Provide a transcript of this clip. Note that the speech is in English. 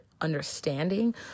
understanding